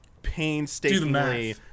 Painstakingly